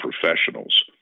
professionals